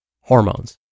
Hormones